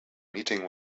meeting